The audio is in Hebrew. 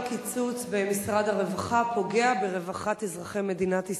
כל קיצוץ במשרד הרווחה פוגע ברווחת אזרחי מדינת ישראל,